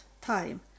time